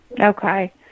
Okay